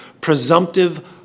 presumptive